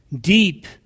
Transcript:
deep